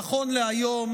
נכון להיום,